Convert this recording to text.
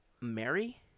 Mary